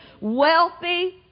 wealthy